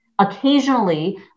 Occasionally